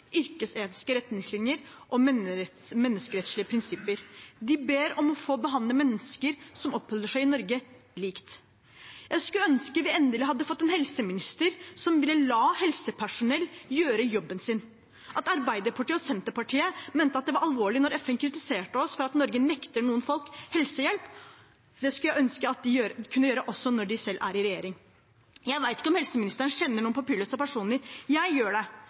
yrkesetiske retningslinjer og menneskerettslige prinsipper. De ber om å få behandle mennesker som oppholder seg i Norge, likt. Jeg skulle ønske vi endelig hadde fått en helseminister som ville la helsepersonell gjøre jobben sin. Arbeiderpartiet og Senterpartiet mente at det var alvorlig da FN kritiserte oss for at Norge nekter noen folk helsehjelp. Det skulle jeg ønske at de kunne gjøre også når de selv er i regjering. Jeg vet ikke om helseministeren kjenner noen papirløse personer. Jeg gjør det.